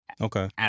Okay